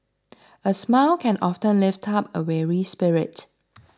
a smile can often lift up a weary spirit